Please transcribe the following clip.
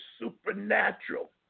supernatural